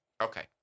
Okay